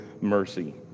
mercy